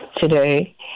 today